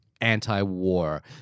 anti-war